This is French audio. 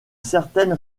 certaine